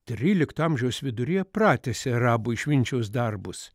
trylikto amžiaus viduryje pratęsė arabo išminčiaus darbus